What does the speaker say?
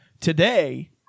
today